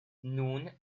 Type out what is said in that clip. nun